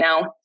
now